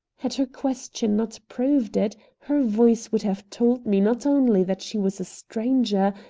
had her question not proved it, her voice would have told me not only that she was a stranger,